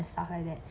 stuff like that